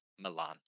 Milan